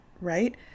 right